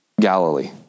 Galilee